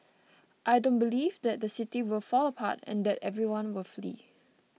I don't believe that the City will fall apart and that everyone will flee